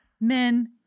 men